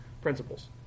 principles